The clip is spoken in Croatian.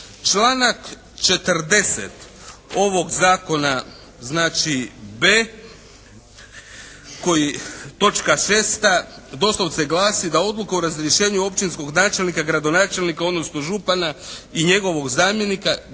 Članak 40. ovog Zakona znači b, točka 6. doslovce glasi da odluku o razrješenju općinskog načelnika, gradonačelnika, odnosno župana i njegovog zamjenika